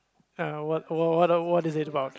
uh what what what is it about